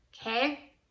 okay